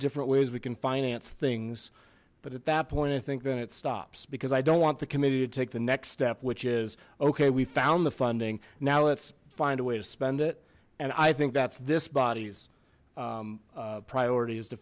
different way we can finance things but at that point i think then it stops because i don't want the committee to take the next step which is okay we found the funding now let's find a way to spend it and i think that's this body's priority is to